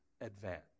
advance